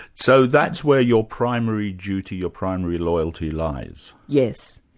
so that's where your primary duty, your primary loyalty lies? yes.